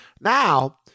Now